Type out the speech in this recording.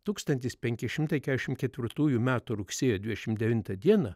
tūkstantis penki šimtai keturiasdešim ketvirtųjų metų rugsėjo dvidešim devintą dieną